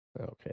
okay